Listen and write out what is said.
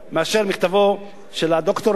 מאשר מכתבו של הדוקטור הזה,